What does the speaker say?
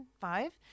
five